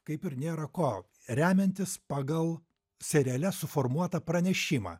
kaip ir nėra ko remiantis pagal seriale suformuotą pranešimą